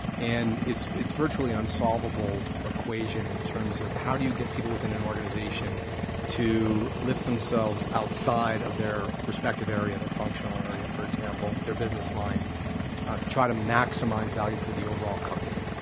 and it's it's virtually an unsolvable equation in terms of how do you get people within an organization to lift themselves outside of their respective area, their functional area, for example, their business line to try to maximize value for the overall company.